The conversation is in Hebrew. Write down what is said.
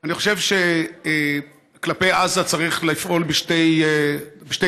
אני חושב שכלפי עזה צריך לפעול בשתי דרכים,